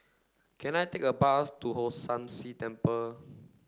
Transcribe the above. can I take a bus to Hong San See Temple